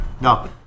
No